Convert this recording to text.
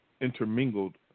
intermingled